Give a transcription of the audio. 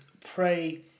pray